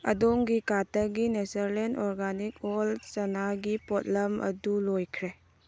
ꯑꯗꯣꯝꯒꯤ ꯀꯥꯔꯠꯇꯒꯤ ꯅꯦꯆꯔꯂꯦꯟ ꯑꯣꯔꯒꯥꯅꯤꯛ ꯍꯣꯜ ꯆꯅꯥꯒꯤ ꯄꯣꯠꯂꯝ ꯑꯗꯨ ꯂꯣꯏꯈ꯭ꯔꯦ